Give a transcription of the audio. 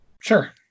Sure